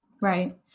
Right